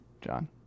john